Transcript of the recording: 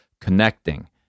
connecting